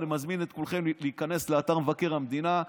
אני מזמין את כולכם להיכנס לאתר מבקר המדינה,